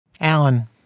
Alan